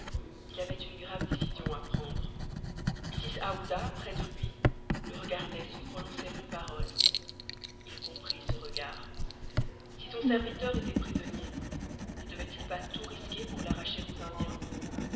il avait une grave décision à prendre mrs aouda près de lui le regardait sans prononcer une parole il comprit ce regard si son serviteur était prisonnier ne devait-il pas tout risquer pour l'arracher aux indiens